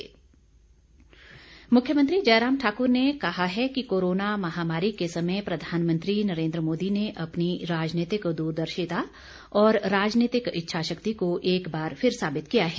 मुख्यमंत्री मुख्यमंत्री जयराम ठाकुर ने कहा है कि कोरोना महामारी के समय प्रधानमंत्री नरेन्द्र मोदी ने अपनी राजनीतिक दूरदर्शिता और राजनीतिक इच्छाशक्ति को एक बार फिर साबित किया है